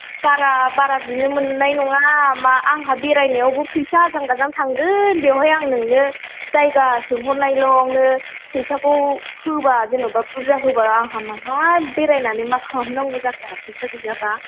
बारा बारा बिनो मोननाय नङा मा आंहा बेरायनायावबो फैसा आजां गाजां थांगोन बेवहाय आं नोंनो जायगा सोंहरनायल'आवनो फैसाखौ होबा जेन'बा बुरजा होबा आंहा माहा बेरायनानै मा खालामनांगौ जाखो फैसा गैयाबा